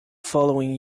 following